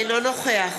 אינו נוכח